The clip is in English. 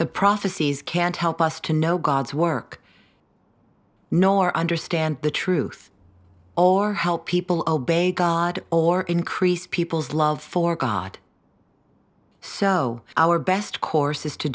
the prophecies can't help us to know god's work nor understand the truth or help people obey god or increase people's love for god so our best course is to